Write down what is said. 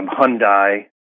Hyundai